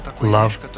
Love